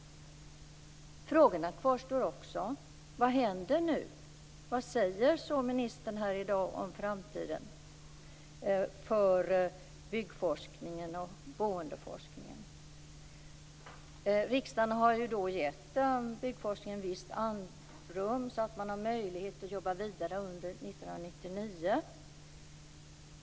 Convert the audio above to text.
Frågorna kvarstår också: Vad händer nu? Vad säger ministern här i dag om framtiden för byggforskningen och boendeforskningen? Riksdagen har gett byggforskningen visst andrum, så att man har möjlighet att jobba vidare under 1999.